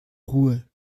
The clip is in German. ruhe